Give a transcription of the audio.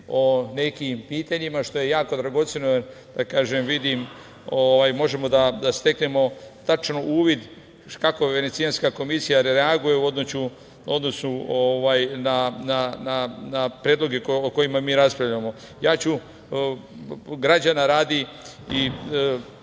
o nekim pitanjima, što je jako dragoceno. Možemo da steknemo tačno uvid kako Venecijanska komisija reaguje u odnosu na predloge o kojima mi raspravljamo. Građana radi i